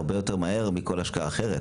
הרבה יותר מהר מכל השקעה אחרת.